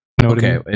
Okay